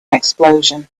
explosion